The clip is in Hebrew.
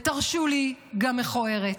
ותרשו לי, גם מכוערת.